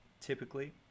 typically